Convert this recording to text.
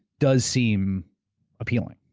does seem appealing.